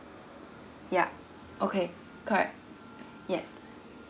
yup okay correct yes